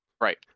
Right